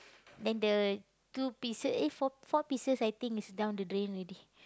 then the two pieces eh four four pieces I think is down the drain already